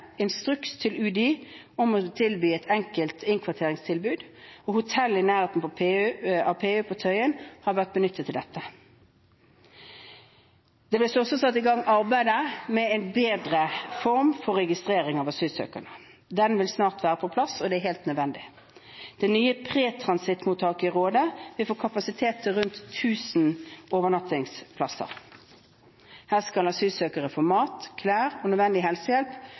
instruks til UDI om å gi et enkelt innkvarteringstilbud, og hotell i nærheten av PU på Tøyen har vært benyttet til dette. Det ble også satt i gang arbeid med en bedre form for registrering av asylsøkerne. Den vil snart være på plass, og det er helt nødvendig. Det nye pre-transittmottaket i Råde vil få kapasitet til rundt 1 000 overnattingsplasser. Her skal asylsøkere få mat, klær og nødvendig helsehjelp